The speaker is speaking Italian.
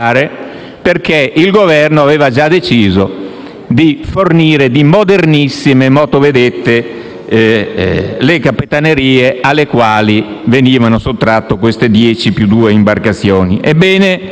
perché il Governo aveva già deciso di fornire di modernissime motovedette le Capitanerie alle quali venivano sottratte queste dieci (più due) imbarcazioni. Ebbene,